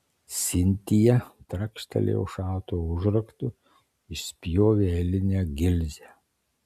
sintija trakštelėjo šautuvo užraktu išspjovė eilinę gilzę